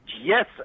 Yes